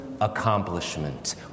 accomplishment